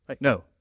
No